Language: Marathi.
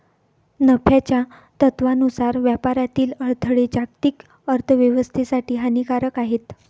नफ्याच्या तत्त्वानुसार व्यापारातील अडथळे जागतिक अर्थ व्यवस्थेसाठी हानिकारक आहेत